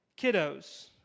Kiddos